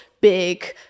big